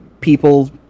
people